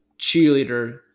cheerleader